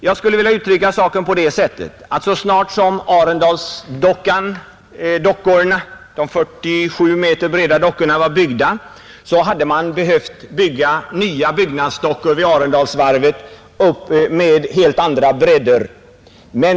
Jag skulle vilja exemplifiera saken på det sättet, att så snart som de 47 meter breda Arendalsdockorna var byggda, hade man behövt uppföra nya dockor vid Arendalsvarvet med betydligt större bredd.